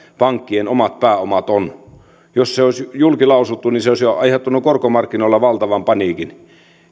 pankkien omat pääomat ovat jos se olisi julkilausuttu niin se olisi jo aiheuttanut korkomarkkinoilla valtavan paniikin